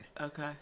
Okay